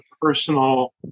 personal